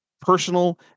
personal